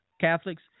Catholics